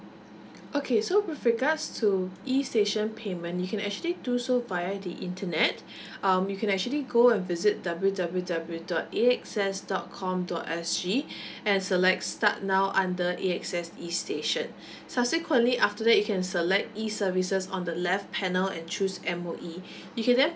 okay so with regards to E station payment you can actually do so via the internet um you can actually go and visit W W W dot A_X_S dot com dot S_G and select start now under A_X_S E station subsequently after that you can select E services on the left panel and choose M_O_E you can then